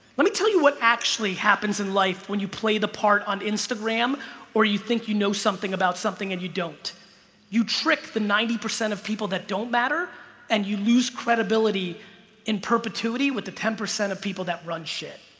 let me tell you what actually happens in life when you play the part on instagram or you think you know something about something and you don't you tricked the ninety percent of people that don't matter and you lose credibility in perpetuity with the ten percent of people that run shit